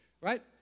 right